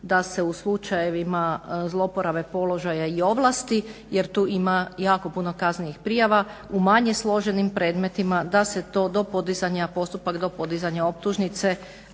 da se u slučajevima zloporabe položaja i ovlasti jer tu ima jako puno kaznenih prijava u manje složenim predmetima da se to do podizanja, postupak do podizanja optužnice